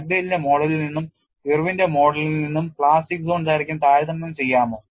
ഡഗ്ഡെയ്ലിന്റെ മോഡലിൽ നിന്നും ഇർവിന്റെ മോഡലിൽ നിന്നും പ്ലാസ്റ്റിക് സോൺ ദൈർഘ്യം താരതമ്യം ചെയ്യാമോ